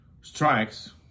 strikes